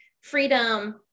freedom